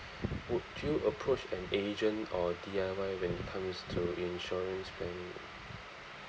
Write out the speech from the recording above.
would you approach an agent or D_I_Y when it comes to insurance planning